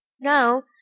Now